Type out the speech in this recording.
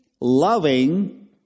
loving